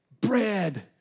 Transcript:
bread